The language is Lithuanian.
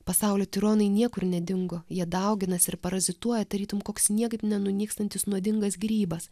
pasaulio tironai niekur nedingo jie dauginasi ir parazituoja tarytum koks niekaip nenustygstantis nuodingas grybas